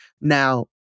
Now